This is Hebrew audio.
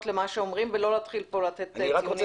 למה שאומרים ולא להתחיל לחלק ציונים.